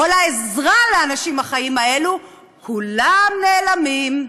או על העזרה לאנשים החיים האלו, כולם נעלמים.